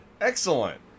Excellent